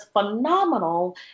phenomenal